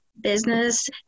business